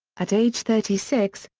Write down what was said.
at age thirty six,